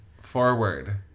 Forward